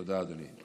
תודה, אדוני.